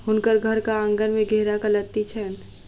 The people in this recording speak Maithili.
हुनकर घरक आँगन में घेराक लत्ती छैन